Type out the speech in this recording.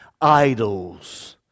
idols